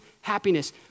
happiness